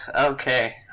okay